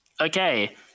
Okay